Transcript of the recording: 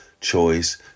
choice